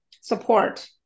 support